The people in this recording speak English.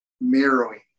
mirroring